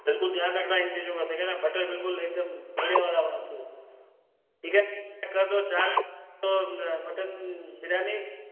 बिलकुल ध्यान रखना इन चीज़ें का ठीक है ना बटर बिल्कुल एक दम बढ़िया वाला होना चाहिए ठीक है चार मटन बिरयानी